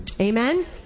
Amen